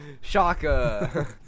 Shaka